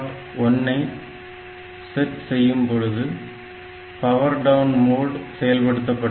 1 ஐ செட் செய்யும்பொழுது power down mode செயல்படுத்தப்படுகிறது